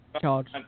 charge